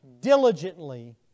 diligently